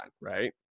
right